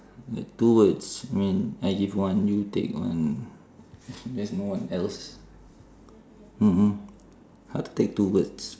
two words mean I give one you take there's no one else mm mm how to take two words